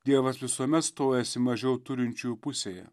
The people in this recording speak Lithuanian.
dievas visuomet stojasi mažiau turinčiųjų pusėje